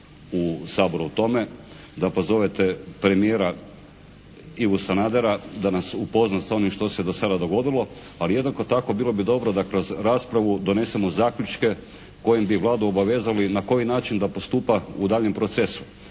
u Saboru o tome. Da pozovete premijera Ivu Sanadera da nas upozna sa onim što se do sada dogodilo. Ali jednako tako bilo bi dobro da kroz raspravu donesemo zaključke kojim bi Vladu obavezali na koji način da postupa u daljnjem procesu?